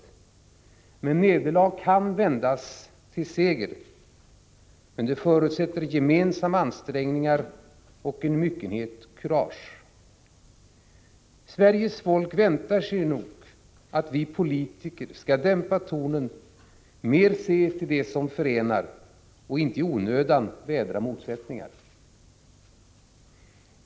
Men nederlag kan vändas till seger. Men det förutsätter gemensamma ansträngningar och en myckenhet kurage. Sveriges folk väntar sig nog att vi politiker skall dämpa tonen, mera se till det som förenar och inte i onödan vädra motsättningar.